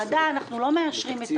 בוועדה אנחנו בדרך כלל לא מאשרים תקציבים,